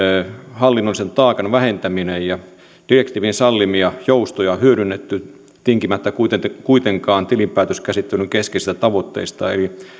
hallinnollisen taakan vähentäminen ja direktiivin sallimia joustoja hyödynnetty tinkimättä kuitenkaan kuitenkaan tilinpäätöskäsittelyn keskeisistä tavoitteista eli oikean